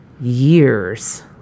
years